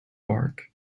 park